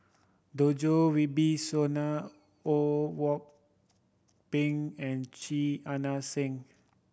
Djoko Wibisono Ho Kwon Ping and Chia Ann Siang